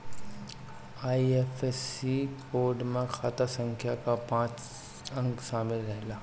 IFSC code में खाता संख्या कअ पांच अंक शामिल रहेला